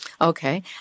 Okay